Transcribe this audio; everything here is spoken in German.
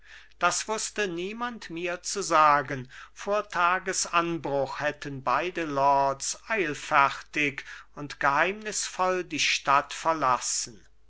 das wußte niemand mir zu sagen vor tages anbruch hätten beide lords eilfertig und geheimnisvoll die stadt verlassen